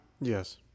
Yes